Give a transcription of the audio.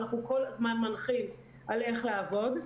אנחנו כל הזמן מנחים איך לעבוד.